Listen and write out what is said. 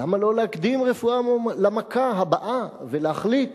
למה לא להקדים רפואה למכה הבאה ולהחליט